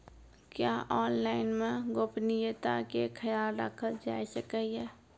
क्या ऑनलाइन मे गोपनियता के खयाल राखल जाय सकै ये?